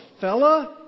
fella